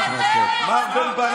איך אמרת?